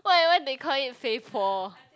why why they call it fei po